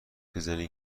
بزنین